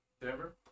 Denver